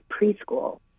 preschool